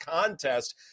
contest